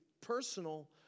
personal